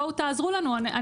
בואו תעזרו לנו.